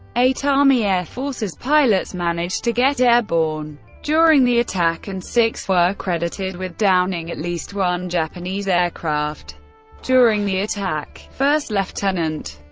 eight army air forces pilots managed to get airborne during the attack and six were credited with downing at least one japanese aircraft during the attack first lt. and and